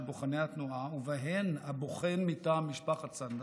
בוחני התנועה ובהן הבוחן מטעם משפחת סנדק,